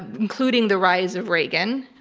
including the rise of reagan.